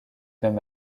même